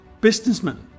businessman